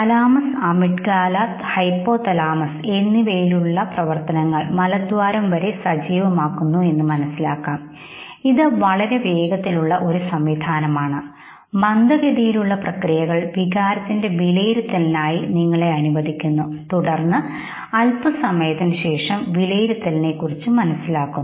thalamus amygdala hypothalamus എന്നിവയിലൂടെ മലദ്വാരം വരെ സജീവമാകുന്നു എന്ന് മനസ്സിലാക്കാം ഇത് വളരെ വേഗതയുള്ള ഒരു സംവിധാനമാണ് മന്ദഗതിയിലുള്ള പ്രകിയകൾ വികാരത്തിന്റെ വിലയിരുത്തലിനായി നിങ്ങളെ അനുവദിക്കുന്നുതുടർന്ന് അൽപ്പസമയത്തിനു ശേഷം വിലയിരുത്തലിനെ കുറിച്ച് മനസ്സിലാക്കുന്നു